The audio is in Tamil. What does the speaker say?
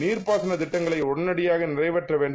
நீர்ப்பாசனதிட்டங்களைஉடனடியாகநிறைவே ற்றவேண்டும்